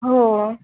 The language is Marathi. हो